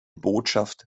botschaft